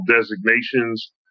designations